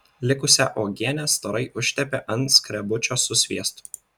likusią uogienę storai užtepė ant skrebučio su sviestu